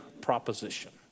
proposition